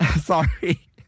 Sorry